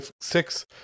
six